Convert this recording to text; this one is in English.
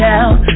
out